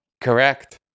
Correct